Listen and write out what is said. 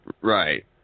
Right